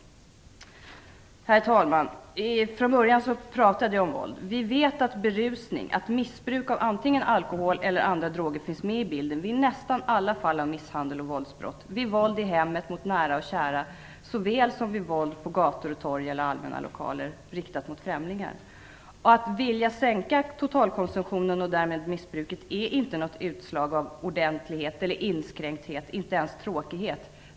Herr talman! Inledningsvis pratade jag om våld. Vi vet att berusning, missbruk av antingen alkohol eller andra droger, finns med i bilden vid nästan alla fall av misshandel och våldsbrott. Det finns med vid våld i hemmet mot nära och kära såväl som vid våld på gator, torg eller allmänna lokaler som är riktat mot främlingar. Att vilja sänka totalkonsumtionen och därmed missbruket är inte något utslag av ordentlighet eller inskränkthet, inte ens tråkighet.